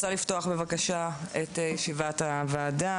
אני רוצה לפתוח בבקשה את ישיבת הוועדה.